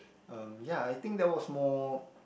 um ya I think that was more